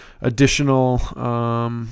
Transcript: additional